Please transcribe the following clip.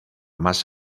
más